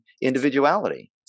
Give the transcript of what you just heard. individuality